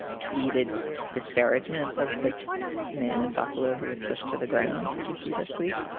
tweeted disparagement of the men in buffalo who was pushed to the ground. did you see this tweet?